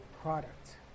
product